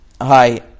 Hi